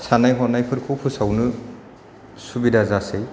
साननाय हनायफोरखौ फोसावनो सुबिदा जासै